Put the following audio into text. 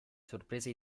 sorpresa